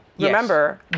Remember